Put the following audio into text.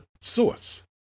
source